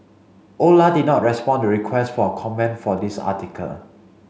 Ola did not respond to requests for comment for this article